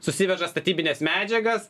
susiveža statybines medžiagas